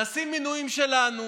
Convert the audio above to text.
נשים מינויים שלנו,